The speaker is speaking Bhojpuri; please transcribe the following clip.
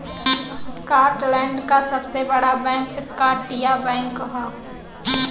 स्कॉटलैंड क सबसे बड़ा बैंक स्कॉटिया बैंक हौ